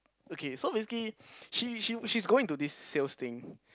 okay so basically she she she's going into this sales thing